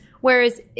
Whereas